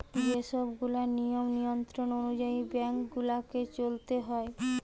যে সব গুলা নিয়ম নিয়ন্ত্রণ অনুযায়ী বেঙ্ক গুলাকে চলতে হয়